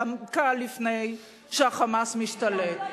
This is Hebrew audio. דווקא לפני שה"חמאס" משתלט.